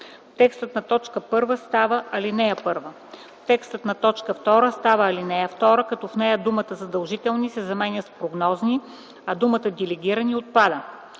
Текстът на т. 1 става ал. 1; - Текстът на т. 2 става ал. 2, като в нея думата „задължителни” се заменя с „прогнозни”, а думата „делегирани” отпада;